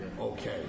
okay